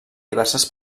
diverses